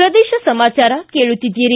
ಪ್ರದೇಶ ಸಮಾಚಾರ ಕೇಳುತ್ತೀದ್ಗಿರಿ